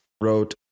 wrote